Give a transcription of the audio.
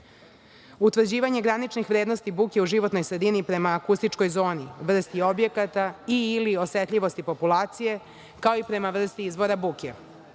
utvrđivanje graničnih vrednosti buke u životnoj sredini prema akustičkoj zoni, vrsti objekata i/ili osetljivosti populacije, kao i prema vrsti izvora buke,